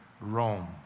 Rome